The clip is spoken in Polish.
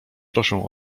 proszę